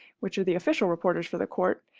which are the official reporters for the court,